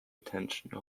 attention